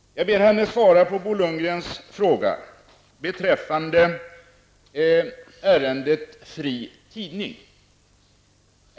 Jag ber henne svara på Bo Lundgrens fråga beträffande ärendet Fri tidning.